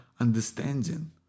understanding